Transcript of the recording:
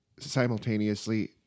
simultaneously